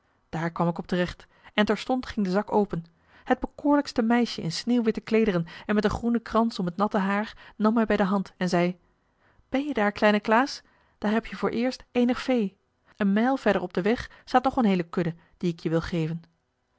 daar kwam ik op terecht en terstond ging de zak open het bekoorlijkste meisje in sneeuwwitte kleederen en met een groenen krans om het natte haar nam mij bij de hand en zei ben je daar kleine klaas daar heb je vooreerst eenig vee een mijl verder op den weg staat nog een heele kudde die ik je wil geven